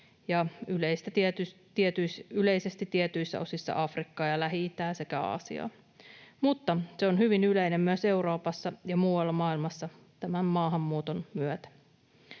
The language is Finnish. ja yleisesti tietyissä osissa Afrikkaa ja Lähi-itää sekä Aasiaa. Mutta se on hyvin yleistä myös Euroopassa ja muualla maailmassa maahanmuuton myötä.